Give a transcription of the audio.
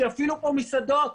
שיפעילו פה מסעדות.